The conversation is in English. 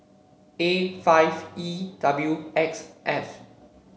A five E W X F